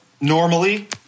normally